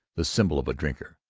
the symbol of a drinker,